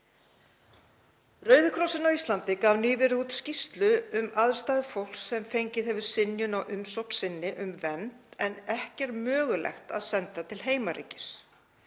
Rauði krossinn á Íslandi gaf nýverið út skýrslu um aðstæður fólks sem fengið hefur synjun á umsókn sinni um vernd en ekki er mögulegt að senda til heimaríkis.